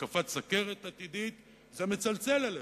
התקף סוכרת עתידי, היא מצלצלת לך.